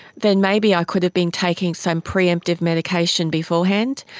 then maybe i could have been taking some pre-emptive medication beforehand,